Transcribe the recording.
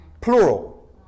Plural